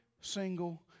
single